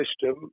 system